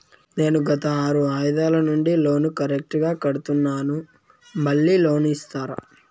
నేను గత ఆరు వాయిదాల నుండి లోను కరెక్టుగా కడ్తున్నాను, మళ్ళీ లోను ఇస్తారా?